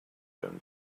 own